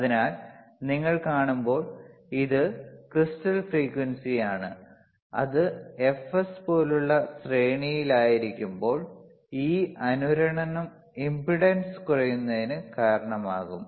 അതിനാൽ ഇവിടെ നിങ്ങൾ കാണുമ്പോൾ ഇത് ക്രിസ്റ്റൽ ഫ്രീക്വൻസി ആണ് അത് fs പോലുള്ള ശ്രേണിയിലായിരിക്കുമ്പോൾ ഈ അനുരണനം ഇംപെഡൻസ് കുറയുന്നതിന് കാരണമാകും